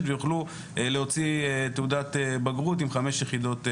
ויוכלו להוציא תעודת בגרות עם חמש יחידות מתמטיקה.